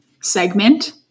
segment